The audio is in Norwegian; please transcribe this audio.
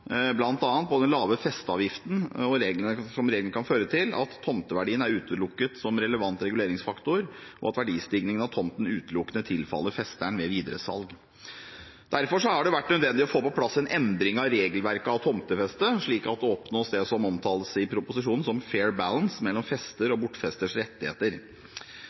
den lave festeavgiften som reglene kan føre til, at tomteverdien er utelukket som en relevant reguleringsfaktor, og at verdistigningen av tomten utelukkende tilfaller festeren ved videresalg. Derfor har det vært nødvendig å få på plass en endring av regelverket for tomtefeste, slik at det oppnås det som omtales i proposisjonen som «fair balance» mellom fester og bortfesters rettigheter.